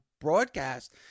broadcast